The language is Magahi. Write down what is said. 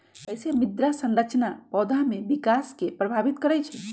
कईसे मृदा संरचना पौधा में विकास के प्रभावित करई छई?